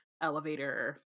elevator